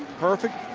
perfect.